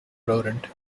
rodent